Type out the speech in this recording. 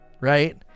right